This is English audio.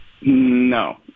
No